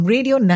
Radio